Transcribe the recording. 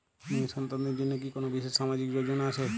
মেয়ে সন্তানদের জন্য কি কোন বিশেষ সামাজিক যোজনা আছে?